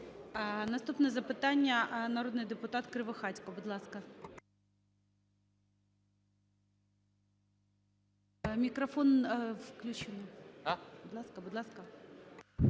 Наступне запитання - народний депутат Кривохатько. Будь ласка. Мікрофон включений. Будь ласка, будь ласка.